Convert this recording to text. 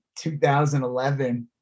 2011